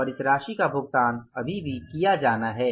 और इस राशि का भुगतान अभी भी किया जाना है